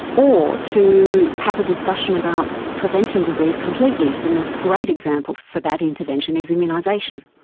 or to have a discussion about preventing disease completely. and a great example for that intervention is immunisation.